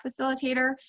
facilitator